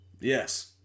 Yes